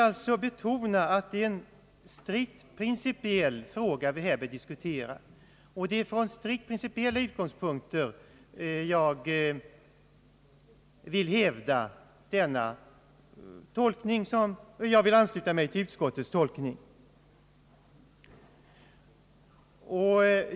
Jag vill betona att detta är en sirikt principiell fråga, och det är från strikt principella utgångspunkter som jag vill ansluta mig till utskottets tolkning.